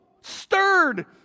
stirred